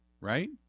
Right